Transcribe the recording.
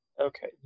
Okay